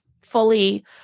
fully